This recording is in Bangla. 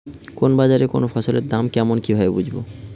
কোন বাজারে কোন ফসলের দাম কেমন কি ভাবে বুঝব?